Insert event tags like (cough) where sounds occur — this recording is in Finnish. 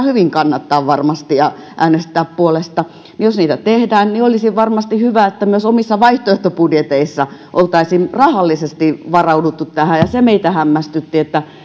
(unintelligible) hyvin kannattaa ja minkä puolesta voidaan äänestää niin olisi varmasti hyvä että myös omissa vaihtoehtobudjeteissa oltaisiin rahallisesti varauduttu tähän se meitä hämmästytti että